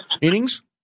innings